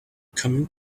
coming